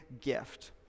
gift